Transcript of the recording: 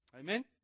Amen